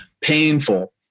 painful